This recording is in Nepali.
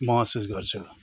महसुस गर्छु